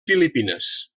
filipines